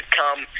come